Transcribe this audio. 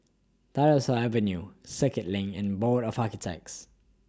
Tyersall Avenue Circuit LINK and Board of Architects